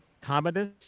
Commodus